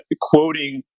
quoting